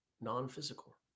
non-physical